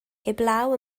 heblaw